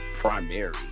primary